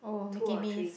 two or three